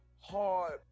hard